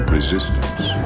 Resistance